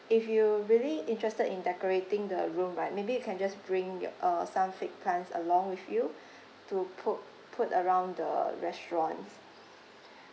if you really interested in decorating the room right maybe you can just bring your uh some fake plants along with you to pu~ put around the restaurants